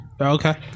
Okay